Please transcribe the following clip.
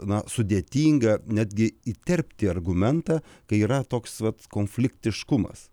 na sudėtinga netgi įterpti argumentą kai yra toks vat konfliktiškumas